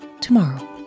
tomorrow